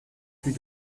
plus